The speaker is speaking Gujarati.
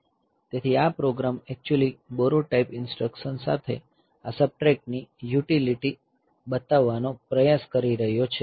તેથી આ program actually borrow type instruction સાથે આ સબટ્રેક્ટની યુટીલીટી બતાવવાનો પ્રયાસ કરી રહ્યો છે